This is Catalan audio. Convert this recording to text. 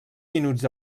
minuts